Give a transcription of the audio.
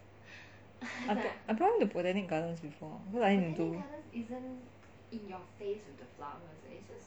I brought him to botanic gardens before also nothing to do